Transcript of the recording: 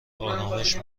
آرامش